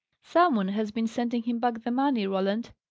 some one has been sending him back the money, roland.